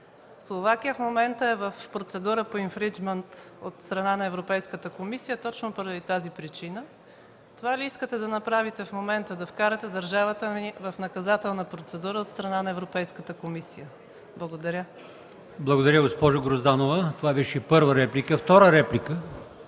Словакия в момента е в процедура по инфриджмънт от страна на Европейската комисия точно по тази причина. Това ли искате да направите в момента – да вкарате държавата ни в наказателна процедура от страна на Европейката комисия?! Благодаря. ПРЕДСЕДАТЕЛ АЛИОСМАН ИМАМОВ: Благодаря, госпожо Грозданова. Това беше първа реплика.